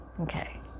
Okay